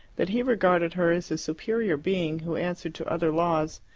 that he regarded her as a superior being who answered to other laws.